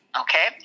okay